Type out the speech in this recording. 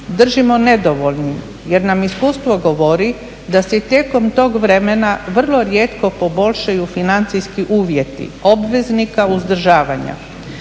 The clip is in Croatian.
držimo nedovoljnim jer nam iskustvo govori da se i tijekom tog vremena vrlo rijetko poboljšaju financijski uvjeti obveznika uzdržavanja.